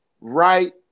right